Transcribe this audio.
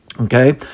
Okay